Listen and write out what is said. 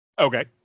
Okay